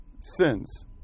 sins